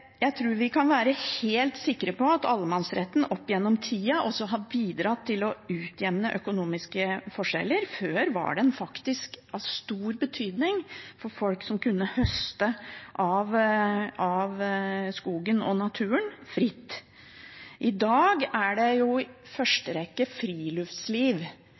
Jeg tror vi kan være helt sikre på at allemannsretten opp gjennom tida også har bidratt til å utjevne økonomiske forskjeller. Før var den faktisk av stor betydning for folk som kunne høste fritt av skogen og naturen. I dag er det jo i første rekke friluftsliv,